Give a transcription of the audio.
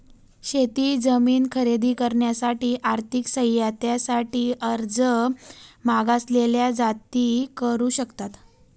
शेत जमीन खरेदी करण्यासाठी आर्थिक सहाय्यते साठी अर्ज मागासलेल्या जाती करू शकतात